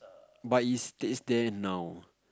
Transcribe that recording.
but is there's there now